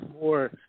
more